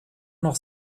noch